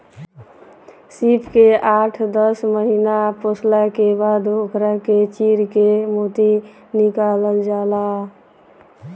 सीप के आठ दस महिना पोसला के बाद ओकरा के चीर के मोती निकालल जाला